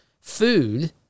food